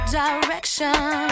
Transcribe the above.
direction